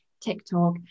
TikTok